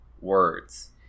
words